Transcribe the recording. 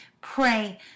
pray